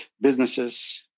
businesses